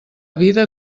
vida